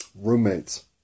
roommates